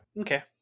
okay